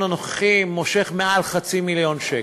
הנוכחי מושך למעלה מחצי מיליון שקל,